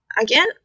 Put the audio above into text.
Again